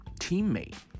teammate